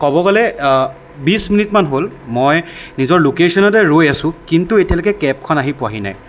ক'ব গ'লে বিশ মিনিটমান হ'ল মই নিজৰ ল'কেশ্য়নতে ৰৈ আছোঁ কিন্তু এতিয়ালৈকে কেবখন আহি পোৱাহি নাই